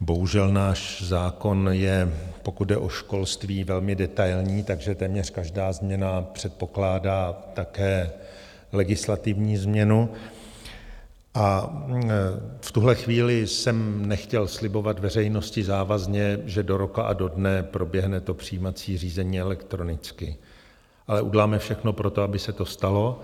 Bohužel náš zákon je, pokud jde o školství, velmi detailní, takže téměř každá změna předpokládá také legislativní změnu, a v tuhle chvíli jsem nechtěl slibovat veřejnosti závazně, že do roka a do dne proběhne přijímací řízení elektronicky, ale uděláme všechno pro to, aby se to stalo.